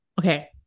okay